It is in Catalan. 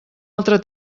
altra